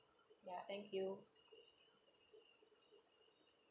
ya thank you